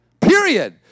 Period